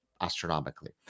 astronomically